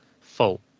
fault